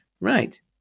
right